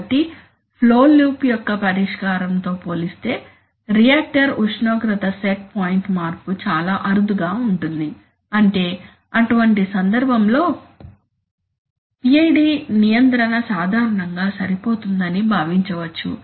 కాబట్టి flow loop యొక్క పరిష్కారంతో పోలిస్తే రియాక్టర్ ఉష్ణోగ్రత సెట్ పాయింట్ మార్పు చాలా అరుదుగా ఉంటుంది అంటే అటువంటి సందర్భంలో PI నియంత్రణ సాధారణంగా సరిపోతుందని భావించవచ్చు